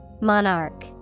Monarch